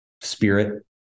spirit